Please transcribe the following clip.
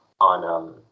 on